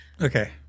Okay